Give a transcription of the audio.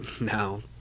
No